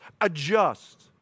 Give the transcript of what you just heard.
adjust